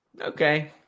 Okay